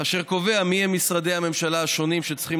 אשר קובע מיהם משרדי הממשלה השונים שצריכים